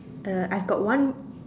uh I've got one